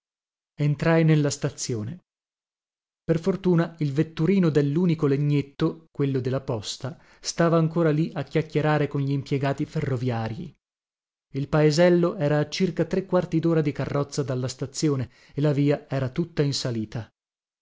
entrai nella stazione per fortuna il vetturino dellunico legnetto quello de la posta stava ancora lì a chiacchierare con glimpiegati ferroviarii il paesello era a circa tre quarti dora di carrozza dalla stazione e la via era tutta in salita